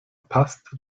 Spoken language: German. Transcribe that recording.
passt